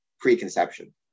preconception